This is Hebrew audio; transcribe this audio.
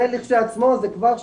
זה כשלעצמו זה כבר שינוי.